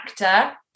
actor